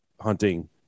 hunting